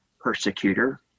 persecutor